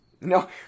No